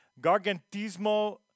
Gargantismo